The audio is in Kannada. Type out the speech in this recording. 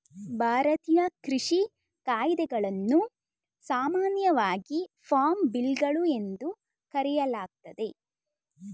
ಭಾರತೀಯ ಕೃಷಿ ಕಾಯಿದೆಗಳನ್ನು ಸಾಮಾನ್ಯವಾಗಿ ಫಾರ್ಮ್ ಬಿಲ್ಗಳು ಎಂದು ಕರೆಯಲಾಗ್ತದೆ